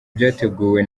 byateguwe